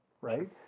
right